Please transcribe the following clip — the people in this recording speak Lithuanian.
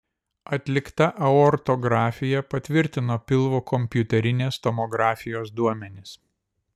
atlikta aortografija patvirtino pilvo kompiuterinės tomografijos duomenis